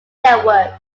network